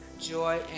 joy